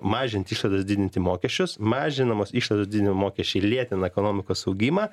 mažinti išlaidas didinti mokesčius mažinamos išlaidos didina mokesčiai lėtina ekonomikos augimą